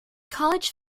college